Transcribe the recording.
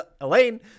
Elaine